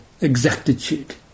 exactitude